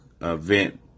event